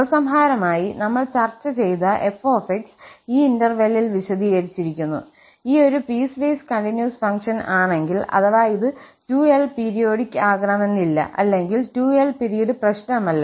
ഉപസംഹാരമായി നമ്മൾ ചർച്ച ചെയ്തത് 𝑓𝑥 ഈ ഇന്റെർവെല്ലിൽ വിശദീകരിച്ചിരിക്കുന്നു ഒരു പീസ്വേസ് കണ്ടിന്യൂസ് ഫംഗ്ഷൻ ആണെങ്കിൽ അഥവാ ഇത് 2𝑙 പീരിയോഡിക് ആകണമെന്നില്ല അല്ലെങ്കിൽ 2𝑙 പീരീഡ് പ്രശ്നമല്ല